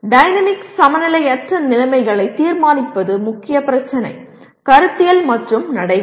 dynamic சமநிலையற்ற நிலைமைகளைத் தீர்மானிப்பது முக்கிய பிரச்சினை கருத்தியல் மற்றும் நடைமுறை